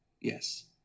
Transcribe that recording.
yes